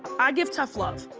i give tough love.